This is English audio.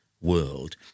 world